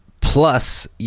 Plus